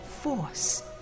force